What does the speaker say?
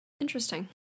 Interesting